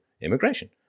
immigration